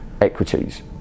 equities